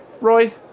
Roy